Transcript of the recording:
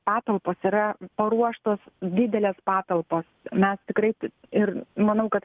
patalpos yra paruoštos didelės patalpos mes tikrai ir manau kad